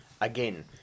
Again